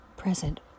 present